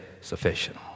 sufficient